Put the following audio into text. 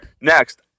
Next